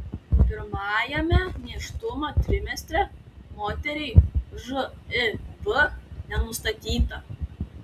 pirmajame nėštumo trimestre moteriai živ nenustatyta